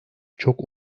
çok